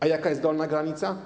A jaka jest dolna granica?